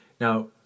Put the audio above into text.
Now